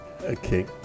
Okay